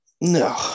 No